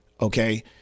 okay